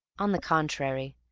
on the contrary,